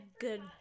good